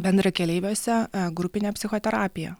bendrakeleiviuose grupinę psichoterapiją